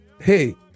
hey